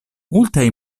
multaj